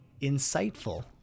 insightful